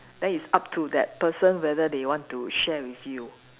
then it's up to that person whether they want to share with you